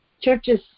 churches